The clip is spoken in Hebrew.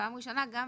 פעם ראשונה גם